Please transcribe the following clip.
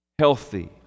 healthy